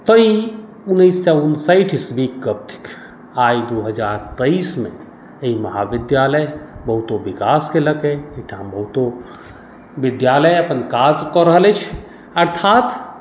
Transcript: तऽ ई उन्नैस सए उनसठि ईस्वीके गप थिक आ आइ दू हजार तेइसमे एहि महाविद्यालय बहुतो विकास केलक एहिठाम बहुतो विद्यालय अपन काज कऽ रहल अछि अर्थात